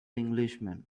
englishman